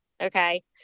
okay